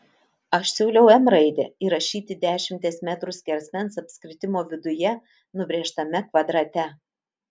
aš siūliau m raidę įrašyti dešimties metrų skersmens apskritimo viduje nubrėžtame kvadrate